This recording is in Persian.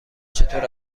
چطور